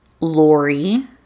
Lori